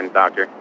doctor